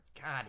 god